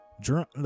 drunk